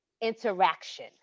interaction